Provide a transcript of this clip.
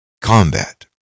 combat